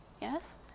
yes